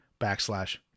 backslash